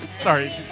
Sorry